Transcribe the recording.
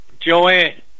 Joanne